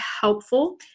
helpful